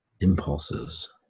impulses